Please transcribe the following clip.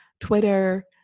Twitter